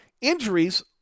injuries –